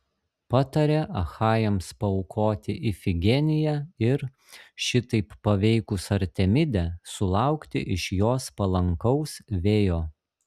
patarė achajams paaukoti ifigeniją ir šitaip paveikus artemidę sulaukti iš jos palankaus vėjo